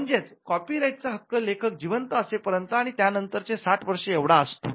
म्हणजेच कॉपीराईटचा हक्क लेखक जिवंत असेपर्यंत आणि त्यानंतरचे साठ वर्ष एवढा असतो